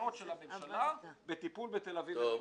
הכישלונות של הממשלה בטיפול בתל אביב ובנתניה.